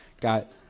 Got –